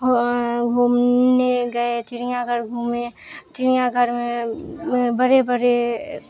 گھومنے گئے تھے چڑیا گھر گھومنے چڑیا گھر میں بڑے بڑے